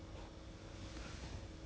Europe 我想都不敢想 ah